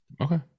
Okay